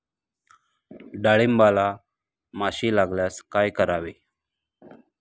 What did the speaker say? डाळींबाला माशी लागल्यास काय करावे?